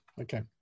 okay